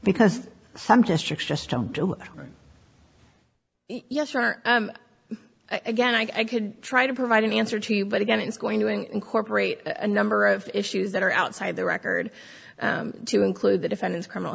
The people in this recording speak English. because some districts just don't do yes there are again i could try to provide an answer to you but again it's going to incorporate a number of issues that are outside the record to include the defendant's criminal